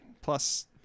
plus